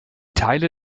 teile